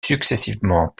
successivement